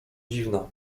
dziwna